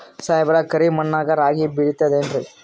ಸಾಹೇಬ್ರ, ಕರಿ ಮಣ್ ನಾಗ ರಾಗಿ ಬೆಳಿತದೇನ್ರಿ?